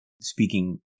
speaking